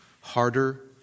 harder